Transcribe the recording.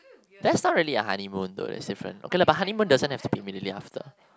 that's not really a honeymoon though that's different okay lah but honeymoon doesn't have to be immediately after